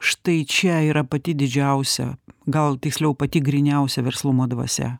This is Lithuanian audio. štai čia yra pati didžiausia gal tiksliau pati gryniausia verslumo dvasia